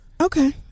okay